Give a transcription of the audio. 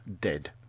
dead